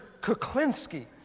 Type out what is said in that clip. Kuklinski